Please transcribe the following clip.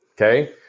Okay